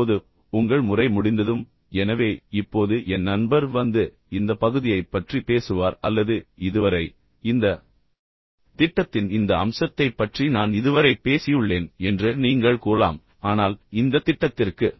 இப்போது உங்கள் முறை முடிந்ததும் எனவே இப்போது என் நண்பர் வந்து இந்த பகுதியைப் பற்றி பேசுவார் அல்லது இதுவரை இந்த திட்டத்தின் இந்த அம்சத்தைப் பற்றி நான் இதுவரை பேசியுள்ளேன் என்று நீங்கள் கூறலாம் ஆனால் இந்த திட்டத்திற்கு